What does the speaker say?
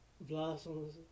blossoms